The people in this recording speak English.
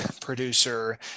producer